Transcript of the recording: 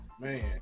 Man